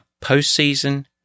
post-season